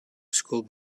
school